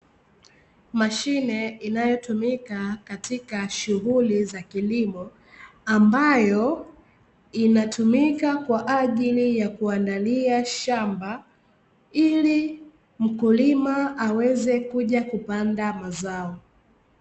Mashine inayotumika katika shughuli za kilimo, ambayo inatumika kwajili ya kuandalia shamba ili mkulima aweze kuja kupanda mazao.